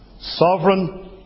sovereign